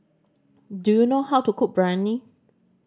do you know how to cook Biryani